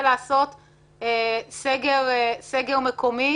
ולעשות סגר מקומי